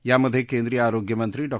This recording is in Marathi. यामध्ये केंद्रिय आरोग्यमंत्री डॉ